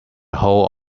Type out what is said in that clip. hole